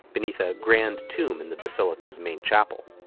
beneath a grand tomb in the basilica's main chapel.